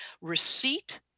receipt